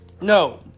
No